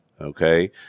okay